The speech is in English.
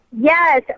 Yes